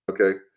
Okay